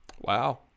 Wow